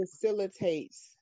facilitates